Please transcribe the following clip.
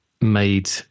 made